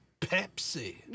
Pepsi